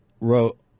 wrote